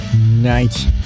night